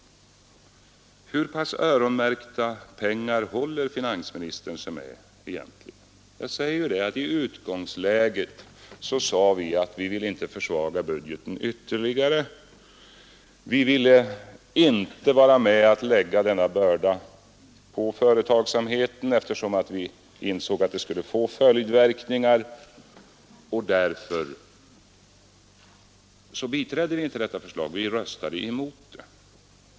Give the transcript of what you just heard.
Hur pass öronmärkta pengar håller sig finansministern egentligen med? Jag säger ju att vi från början utgick från att vi inte ville försvaga budgeten ytterligare. Vi ville inte vara med om att lägga denna börda på företagsamheten, eftersom vi insåg att det skulle få följdverkningar. Vi biträdde inte detta förslag utan röstade emot det.